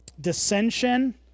dissension